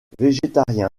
végétarien